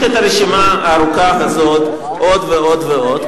את הרשימה הארוכה הזאת עוד ועוד ועוד.